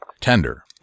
tender